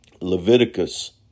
Leviticus